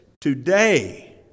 today